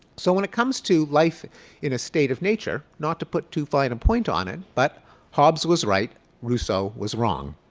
so when it comes to life in a state of nature, not to put too fine a point on it, but hobbes was right rousseau was wrong.